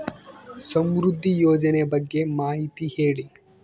ಸಮೃದ್ಧಿ ಯೋಜನೆ ಬಗ್ಗೆ ಮಾಹಿತಿ ಹೇಳಿ?